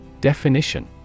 Definition